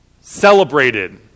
celebrated